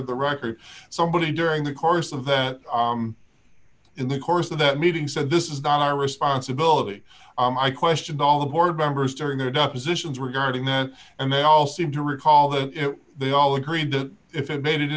of the record somebody during the course of that in the course of that meeting said this is not our responsibility i questioned all the board members during their depositions regarding that and they all seem to recall that they all agreed that if they made it